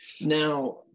now